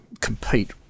compete